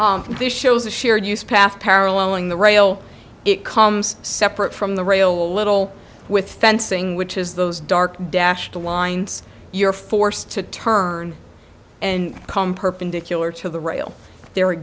this shows a shared use path paralleling the rail it comes separate from the rail a little with fencing which is those dark dashed lines you're forced to turn and come perpendicular to the rail there a